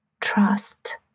trust